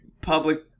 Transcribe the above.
public